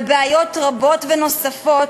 ובעיות רבות נוספות.